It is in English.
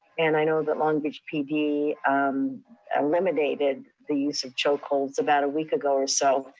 and i know that long beach pd eliminated the use of choke holds about a week ago or so.